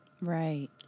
Right